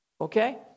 Okay